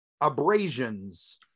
abrasions